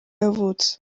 yavutse